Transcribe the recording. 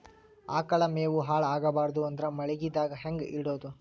ಆಕಳ ಮೆವೊ ಹಾಳ ಆಗಬಾರದು ಅಂದ್ರ ಮಳಿಗೆದಾಗ ಹೆಂಗ ಇಡೊದೊ?